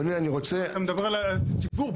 אתה מדבר על הציבור.